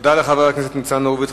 תודה לחבר הכנסת ניצן הורוביץ.